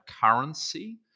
currency